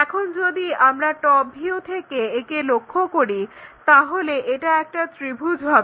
এখন যদি আমরা টপ ভিউ থেকে একে লক্ষ্য করি তাহলে এটা একটা ত্রিভুজ হবে